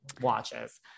watches